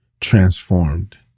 transformed